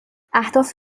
اهداف